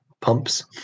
pumps